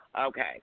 Okay